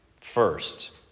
first